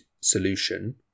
solution